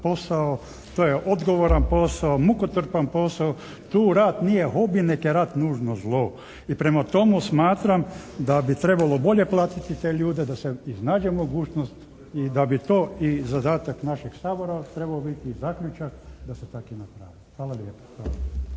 posao. To je odgovoran posao, mukotrpan posao, tu rad nije hobi nego je rad nužno zlo. I prema tomu smatram, da bi trebalo bolje platiti te ljude, da se iznađe mogućnost i da bi to i zadatak našeg Sabora trebao biti i zaključak da se tak i napravi. Hvala lijepa.